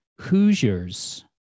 Hoosiers